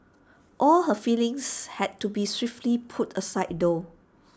all her feelings had to be swiftly put aside though